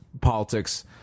politics